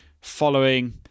Following